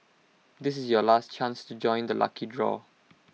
this is your last chance to join the lucky draw